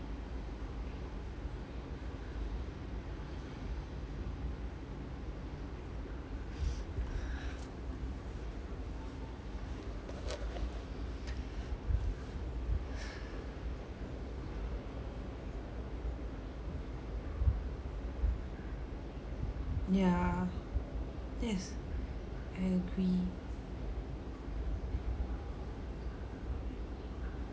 yeah that's I agree